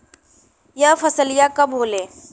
यह फसलिया कब होले?